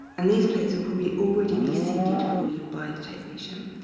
and these plates are probably already be seeded for you by the technician.